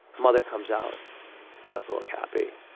mother comes out doesn't look happy.